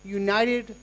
united